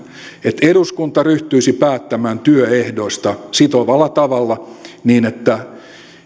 että eduskunta ryhtyisi päättämään työehdoista sitovalla tavalla niin että